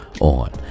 on